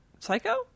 Psycho